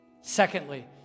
secondly